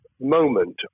moment